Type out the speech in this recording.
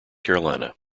carolina